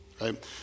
right